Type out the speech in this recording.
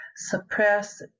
suppress